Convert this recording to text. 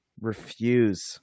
refuse